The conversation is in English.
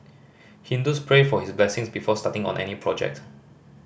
Hindus pray for his blessings before starting on any project